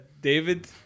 David